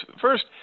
first